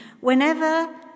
whenever